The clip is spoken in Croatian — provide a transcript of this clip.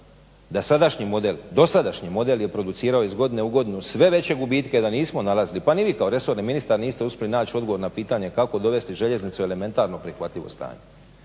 da sadašnji model, dosadašnji model je producirao iz godine u godinu sve veće gubitke da nismo nalazili pa ni vi kao resorni ministar niste uspjeli naći odgovor na pitanje kako dovesti željeznicu u elementarno prihvatljivo stanje.